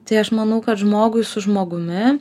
tai aš manau kad žmogui su žmogumi